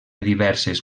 diverses